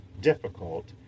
difficult